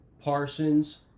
Parsons